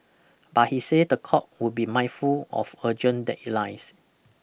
but he say the court would be mindful of urgent deadlines